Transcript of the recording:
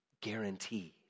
guaranteed